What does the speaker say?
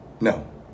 No